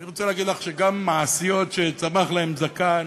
אני רוצה להגיד לך שגם מעשיות שצמח להן זקן